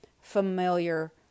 familiar